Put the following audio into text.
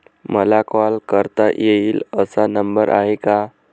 मला कॉल करता येईल असा नंबर आहे का?